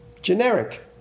Generic